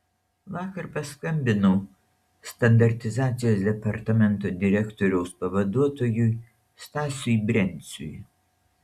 vakar paskambinau standartizacijos departamento direktoriaus pavaduotojui stasiui brenciui